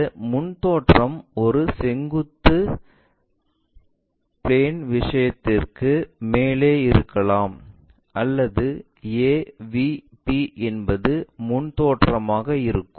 இந்த முன் தோற்றம் ஒரு செங்குத்து பிளேன் விஷயத்திற்கு மேலே இருக்கலாம் அல்லது AVP என்பது முன் தோற்றமாக இருக்கும்